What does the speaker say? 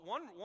One